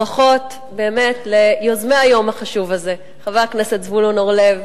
ברכות באמת ליוזמי היום החשוב הזה: חבר הכנסת זבולון אורלב,